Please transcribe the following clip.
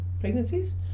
pregnancies